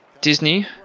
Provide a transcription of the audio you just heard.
Disney